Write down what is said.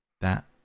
That